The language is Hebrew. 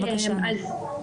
בבקשה, נועה מהאוצר.